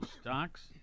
stocks